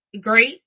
great